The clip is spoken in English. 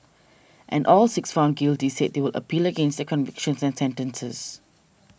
and all six found guilty said they would appeal against their convictions and sentences